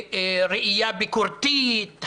ראייה ביקורתית,